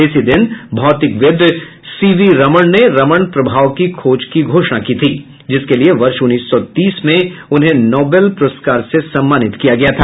इसी दिन भौतिकीविद् सी वी रमण ने रमण प्रभाव की खोज की घोषणा की थी जिसके लिए वर्ष उन्नीस सौ तीस में उन्हें नोबल प्रस्कार से सम्मानित किया गया था